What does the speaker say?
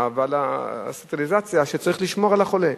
ועל הסטריליזציה שבה צריך לשמור על החולה.